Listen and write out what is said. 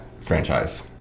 franchise